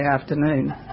afternoon